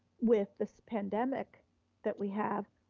with this pandemic that we have,